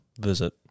Visit